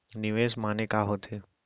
निवेश माने का होथे?